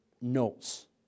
notes